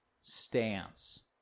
stance